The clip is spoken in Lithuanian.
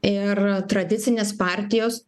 ir tradicinės partijos